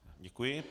Děkuji.